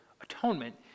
atonement